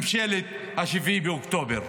ממשלת 7 באוקטובר.